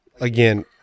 again